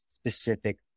specific